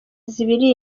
zibiri